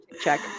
check